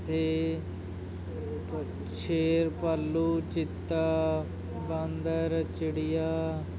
ਜਿੱਥੇ ਸ਼ੇਰ ਭਾਲੂ ਚੀਤਾ ਬਾਂਦਰ ਚਿੜੀਆ